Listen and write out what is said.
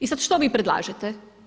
I sad što vi predlažete?